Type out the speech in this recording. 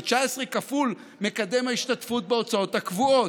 כפול מקדם ההשתתפות בהוצאות הקבועות,